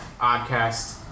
Oddcast